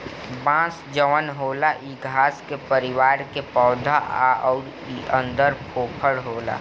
बांस जवन होला इ घास के परिवार के पौधा हा अउर इ अन्दर फोफर होला